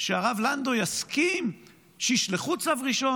שהרב לנדו יסכים שישלחו צו ראשון.